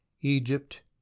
egypt